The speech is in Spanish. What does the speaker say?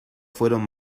fueron